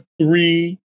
three